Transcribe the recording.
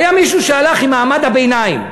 היה מישהו שהלך עם מעמד הביניים.